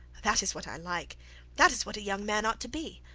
that is what i like that is what a young man ought to be.